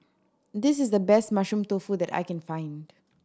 this is the best Mushroom Tofu that I can find